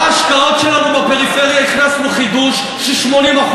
בהשקעות שלנו בפריפריה הכנסנו חידוש ש-80%